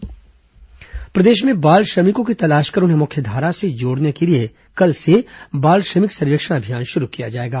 बाल श्रमिक सर्वेक्षण अभियान प्रदेश में बाल श्रमिकों की तलाश कर उन्हें मुख्यधारा से जोड़ने के लिए कल से बाल श्रमिक सर्वेक्षण अभियान शुरू किया जाएगा